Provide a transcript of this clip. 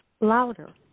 louder